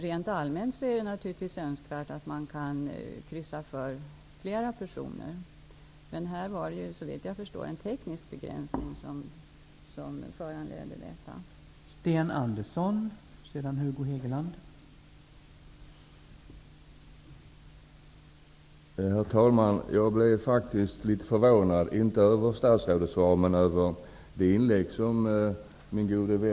Rent allmänt är det naturligtvis önskvärt att man kan kryssa för flera personer. Men här var det, såvitt jag förstår, en teknisk begränsning som föranledde detta förslag.